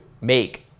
make